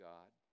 God